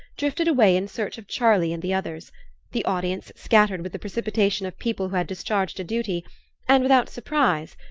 drifted away in search of charlie and the others the audience scattered with the precipitation of people who had discharged a duty and, without surprise,